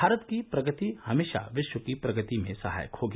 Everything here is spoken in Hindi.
भारत की प्रगति हमेशा विश्व की प्रगति में सहायक होगी